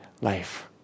life